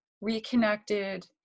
reconnected